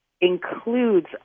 includes